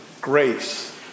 Grace